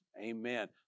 Amen